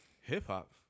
Hip-hop